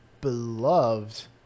beloved